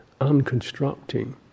unconstructing